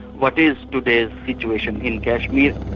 what is today's situation in kashmir.